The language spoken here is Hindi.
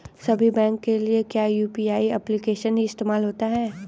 सभी बैंकों के लिए क्या यू.पी.आई एप्लिकेशन ही इस्तेमाल होती है?